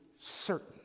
certain